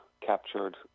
captured